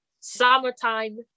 Summertime